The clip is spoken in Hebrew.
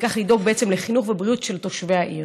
וכך לדאוג בעצם לחינוך ולבריאות של תושבי העיר.